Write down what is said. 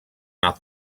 not